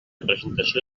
presentació